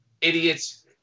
idiots